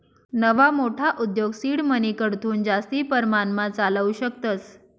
नवा मोठा उद्योग सीड मनीकडथून जास्ती परमाणमा चालावू शकतस